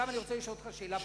אני רוצה לשאול אותך שאלה נוספת.